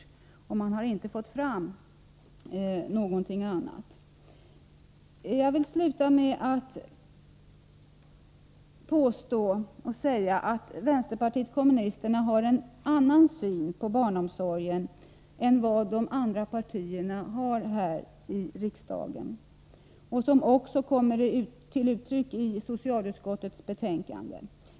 Någonting annat har man inte fått fram. Jag vill avsluta mitt anförande med att påstå att vänsterpartiet kommunisterna har en annan syn på meningen med barnomsorgen än den som de andra partierna i riksdagen har och som också kommer till uttryck i socialutskottets betänkande.